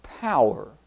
power